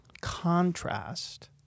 contrast